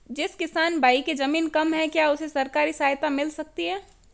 जिस किसान भाई के ज़मीन कम है क्या उसे सरकारी सहायता मिल सकती है?